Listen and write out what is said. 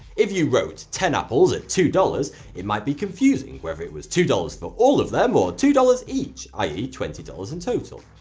if you wrote ten apples at two it might be confusing whether it was two dollars for all of them, or two dollars each i e. twenty dollars and total.